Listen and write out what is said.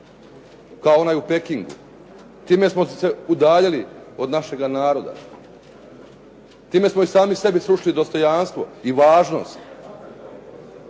kao onaj u Pekingu. Time smo se udaljili od našega naroda. Time smo i sami sebi srušili dostojanstvo i važnost.